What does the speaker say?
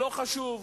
לא חשוב,